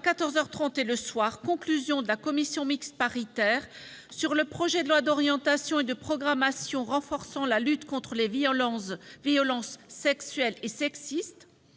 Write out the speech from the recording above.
quatorze heures trente et le soir : Conclusions de la commission mixte paritaire sur le projet de loi d'orientation et de programmation renforçant la lutte contre les violences sexuelles et sexistes